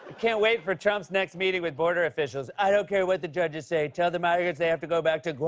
can't wait for trump's next meeting with border officials. i don't care what the judges say. tell the migrants they have to go back to